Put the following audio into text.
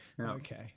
Okay